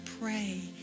pray